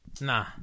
Nah